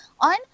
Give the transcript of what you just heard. on